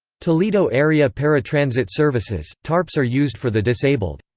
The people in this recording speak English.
toledo area paratransit services tarps are used for the disabled.